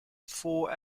four